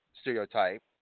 Stereotype